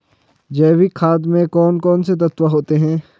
जैविक खाद में कौन कौन से तत्व होते हैं?